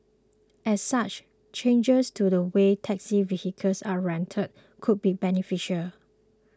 as such changes to the way taxi vehicles are rented could be beneficial